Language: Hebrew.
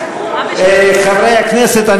חברי הכנסת,